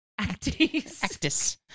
Actis